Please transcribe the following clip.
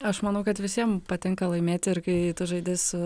aš manau kad visiem patinka laimėti ir kai tu žaidi su